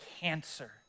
cancer